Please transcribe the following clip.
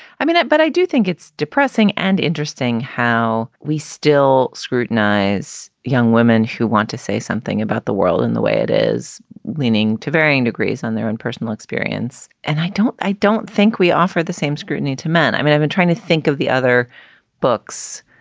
i mean it. but i do think it's depressing and interesting how we still scrutinize young women who want to say something about the world in the way it is leaning to varying degrees on their own personal experience and i don't i don't think we offer the same scrutiny to men. i mean, i've been trying to think of the other books,